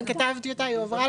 אני כתבתי אותה והיא הועברה.